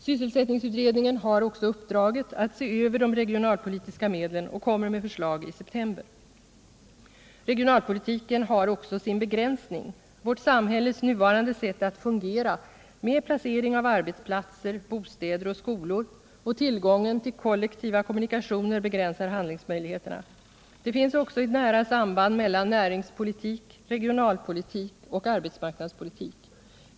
Sysselsättningsutredningen har också uppdraget att se över de regionalpolitiska medlen och kommer att lägga fram förslag i september. Regionalpolitiken har också sin begränsning. Vårt samhälles nuvarande sätt att fungera med placering av arbetsplatser, bostäder och skolor och tillgången till kollektiva kommunikationer begränsar handlingsmöjligheterna. Det finns också ett nära samband mellan näringspolitik, regionalpolitik och arbetsmarknadspolitik.